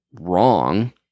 wrong